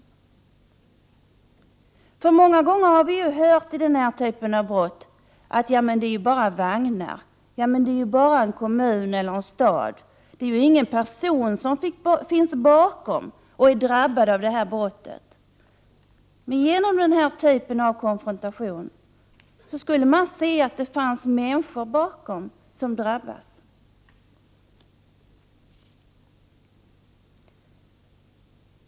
Vi har många gånger vid den här typen av brott hört argumentet: Det är ju bara fråga om vagnar, och det är bara en kommun eller en stad som berörs. Det finns ju ingen person bakom som drabbas av det här brottet. Genom den här typen av konfrontation skulle man få se att det bakom detta finns människor som drabbas.